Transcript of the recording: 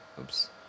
Oops